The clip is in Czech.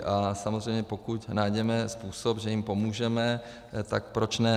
A samozřejmě pokud najdeme způsob, že jim pomůžeme, tak proč ne.